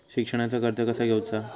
शिक्षणाचा कर्ज कसा घेऊचा हा?